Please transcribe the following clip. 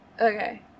Okay